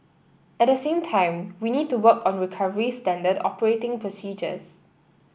at the same time we need to work on recovery standard operating procedures